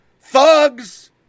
thugs